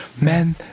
men